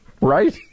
right